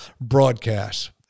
Broadcast